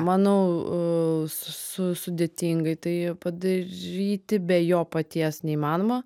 manau su sudėtingai tai padaryti be jo paties neįmanoma